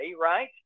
right